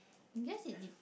guess it